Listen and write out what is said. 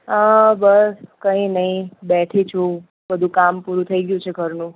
અ બસ કંઈ નહી બેઠી છું બધું કામ પૂરું થઇ ગયું છે ઘરનું